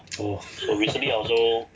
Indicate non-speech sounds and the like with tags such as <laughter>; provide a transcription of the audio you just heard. !wah! <laughs>